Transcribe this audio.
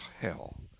hell